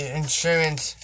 insurance